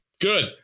Good